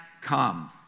come